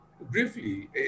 briefly